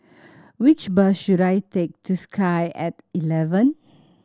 which bus should I take to Sky At Eleven